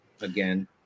again